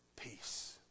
peace